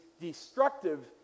destructive